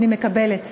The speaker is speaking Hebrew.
אני מקבלת.